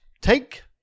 Take